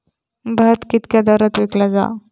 भात कित्क्या दरात विकला जा?